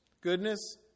Goodness